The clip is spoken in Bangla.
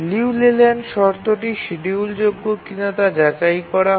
লিউ লেল্যান্ড শর্তটি শিডিউলযোগ্য কিনা তা যাচাই করা হয়